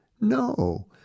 No